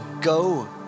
go